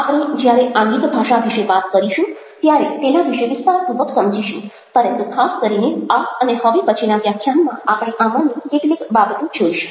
આપણે જ્યારે આંગિક ભાષા વિશે વાત કરીશું ત્યારે તેના વિશે વિસ્તારપૂર્વક સમજીશું પરંતુ ખાસ કરીને આ અને હવે પછીના વ્યાખ્યાનમાં આપણે આમાંની કેટલીક બાબતો જોઈશું